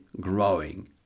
growing